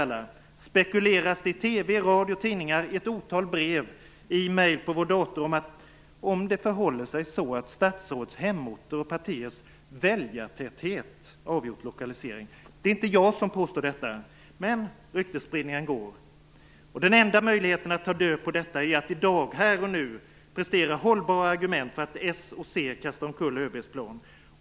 Nu spekuleras det i TV, radio och tidningar, i ett otal brev och i epost i vår dator om att det kan förhålla sig så att statsrådens hemorter och partiers väljartäthet har avgjort lokaliseringen. Det är inte jag som påstår detta, men ryktesspridningen går. Den enda möjligheten att ta död på detta är att i dag, här och nu, prestera hållbara argument för att s och c kastar omkull ÖB:s plan.